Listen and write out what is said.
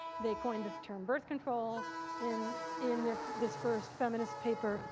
they coined the term birth control in in this this first feminist paper.